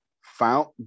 found